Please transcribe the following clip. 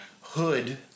Hood